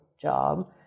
job